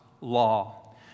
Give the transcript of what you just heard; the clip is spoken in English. law